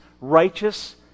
righteous